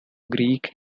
greek